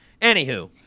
Anywho